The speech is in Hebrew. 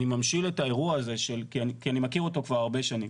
אינ ממשיל את האירוע הזה כי אני מכיר אותו כבר הרבה שנים.